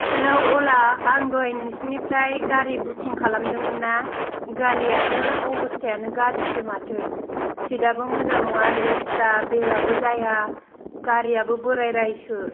हेल' अला आं दहाय नोंसिनिफ्राय गारि बुकिं खालामदों मोन ना गारिआनो अबसथायानो गाज्रिसो माथो सिट आबो मोजां नङा लेथ्रा बेलआबो जाया गारिआबो बोराय रायसो